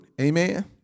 Amen